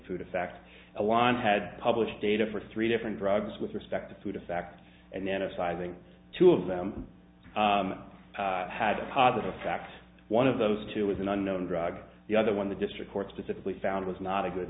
food effect a one had published data for three different drugs with respect to the facts and then upsizing two of them had a positive fact one of those two was an unknown drug the other one the district court specifically found was not a good